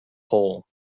whole